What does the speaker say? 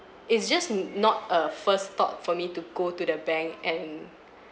it's just not a first thought for me to go to the bank and